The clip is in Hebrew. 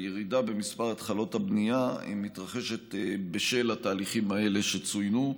הסיבה לירידה במספר התחלות הבנייה היא התהליכים האלה שצוינו.